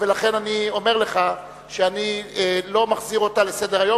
לכן, אני אומר לך שאני לא מחזיר אותה לסדר-היום.